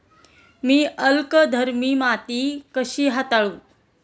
मी अल्कधर्मी माती कशी हाताळू?